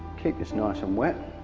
keep this nice and wet